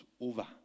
over